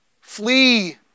Flee